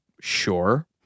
Sure